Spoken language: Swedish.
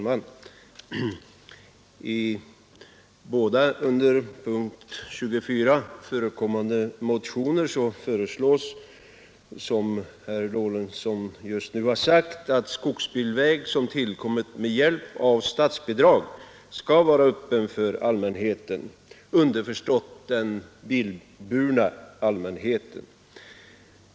Herr talman! I de båda motioner som förekommer under punkten 24 föreslås, som herr Lorentzon sade, att skogsbilvägar som kommit till med hjälp av statsbidrag skall vara öppna för allmänheten, underförstått den bilburna allmänheten.